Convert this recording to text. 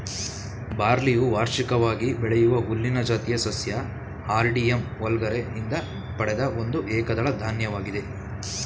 ಬಾರ್ಲಿಯು ವಾರ್ಷಿಕವಾಗಿ ಬೆಳೆಯುವ ಹುಲ್ಲಿನ ಜಾತಿಯ ಸಸ್ಯ ಹಾರ್ಡಿಯಮ್ ವಲ್ಗರೆ ಯಿಂದ ಪಡೆದ ಒಂದು ಏಕದಳ ಧಾನ್ಯವಾಗಿದೆ